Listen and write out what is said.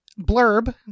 blurb